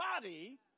body